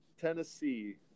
Tennessee